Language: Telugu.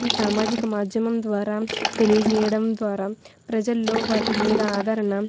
ఈ సామాజిక మాధ్యమం ద్వారా తెలియచేయడం ద్వారా ప్రజల్లో వాటి మీద ఆధరణ